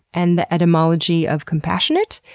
and the etymology of compassionate?